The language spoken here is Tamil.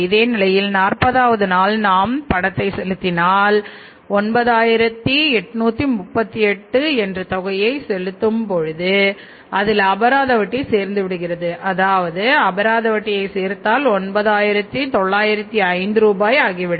இதே நிலையில் நாற்பதாவது நாள் நாம் பணத்தைச் செலுத்தினால் 9838 என்ற தொகையைச் செலுத்தும் பொழுது அதில் அபராத வட்டி சேர்ந்துவிடுகிறது அபராத வட்டியை சேர்த்தால் 9905 ஆகிவிடும்